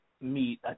meet